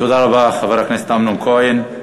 תודה רבה, חבר הכנסת אמנון כהן.